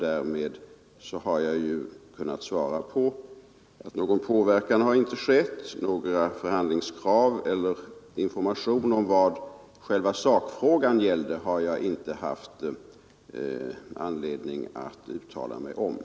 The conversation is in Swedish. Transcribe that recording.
Därmed har jag kunnat svara att någon påverkan har inte skett, och jag har inte haft anledning att göra uttalanden om förhandlingskrav eller ge information om vad själva sakfrågan gällde.